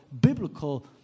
biblical